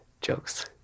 jokes